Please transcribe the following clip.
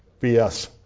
BS